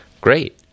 great